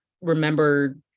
remember